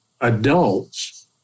Adults